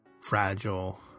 fragile